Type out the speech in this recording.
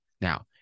Now